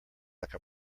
like